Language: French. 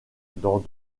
dans